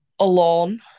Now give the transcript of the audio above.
alone